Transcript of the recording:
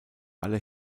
alle